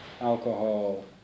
alcohol